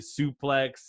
suplex